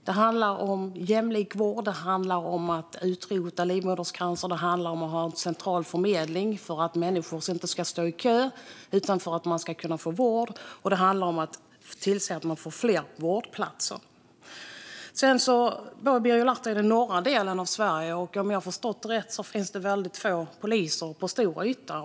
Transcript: Det handlar om jämlik vård, att utrota livmodercancer, en central förmedling så att människor inte ska stå i kö utan få vård och att få fram fler vårdplatser. Birger Lahti talade om den norra delen av Sverige. Om jag har förstått rätt finns få poliser på en stor yta.